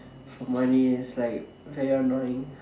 for money is like very annoying